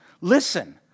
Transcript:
Listen